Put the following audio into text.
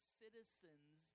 citizens